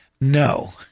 No